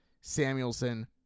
Samuelson